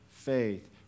faith